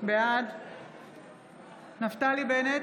בעד נפתלי בנט,